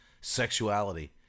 sexuality